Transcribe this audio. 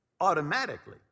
automatically